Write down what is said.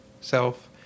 self